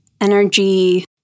energy